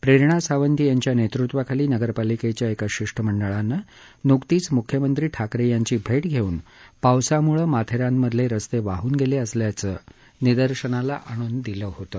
प्रेरणा सावंत यांच्या नेतृत्वाखाली नगरपालिकेच्या एका शिष्टमंडळानं नुकतीच मुख्यमंत्री ठाकरे यांची भेट घेऊन पावसामुळे माथेरानमधले रस्ते वाहून गेले असल्याचं निदर्शनाला आणून दिलं होतं